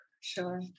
Sure